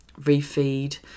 refeed